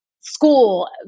school